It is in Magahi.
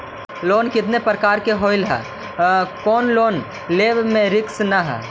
लोन कितना प्रकार के होबा है कोन लोन लेब में रिस्क न है?